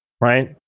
right